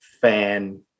fan